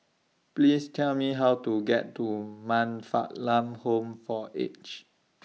Please Tell Me How to get to Man Fatt Lam Home For Aged